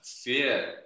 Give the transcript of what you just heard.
fear